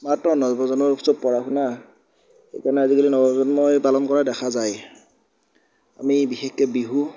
স্মাৰ্টতো নৱপ্ৰজন্মৰ ওচৰত পঢ়া শুনা সেই কাৰণে আজি কালি নৱপ্ৰজন্মই পালন কৰা দেখা যায় আমি বিশেষকৈ বিহু